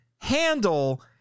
handle